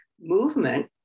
movement